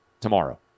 tomorrow